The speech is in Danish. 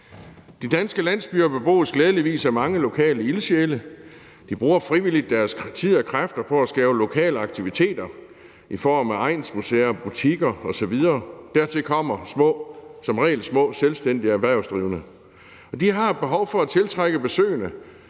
De danske landsbyer bebos glædeligvis af mange lokale ildsjæle. De bruger frivilligt deres tid og kræfter på at skabe lokale aktiviteter i form af egnsmuseer, butikker osv. Dertil kommer som regel små selvstændige erhvervsdrivende. De har et behov for at tiltrække besøgende,